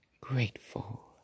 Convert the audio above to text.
grateful